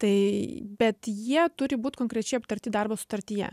tai bet jie turi būt konkrečiai aptarti darbo sutartyje